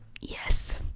Yes